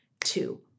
two